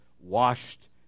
washed